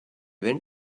went